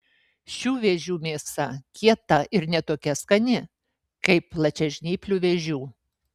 šių vėžių mėsa kieta ir ne tokia skani kaip plačiažnyplių vėžių